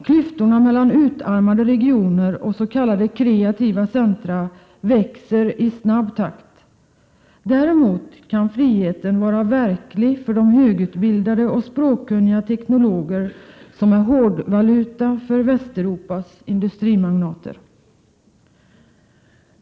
Klyftorna mellan utarmade regioner och s.k. kreativa centra växer i snabb takt. Däremot kan friheten vara verklig för de högutbildade och språkkunniga teknologer som är hårdvaluta för Västeuropas industrimagnater.